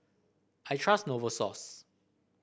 I trust Novosource